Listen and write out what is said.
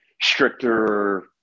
stricter